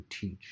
teach